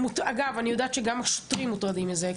אגב, אני יודעת שגם השוטרים מוטרדים מזה.